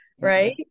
Right